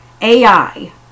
AI